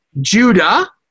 Judah